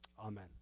Amen